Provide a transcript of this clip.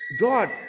God